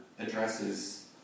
addresses